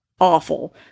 awful